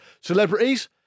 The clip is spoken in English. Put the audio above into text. celebrities